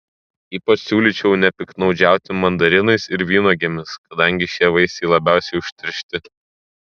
ypač siūlyčiau nepiktnaudžiauti mandarinais ir vynuogėmis kadangi šie vaisiai labiausiai užteršti